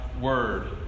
word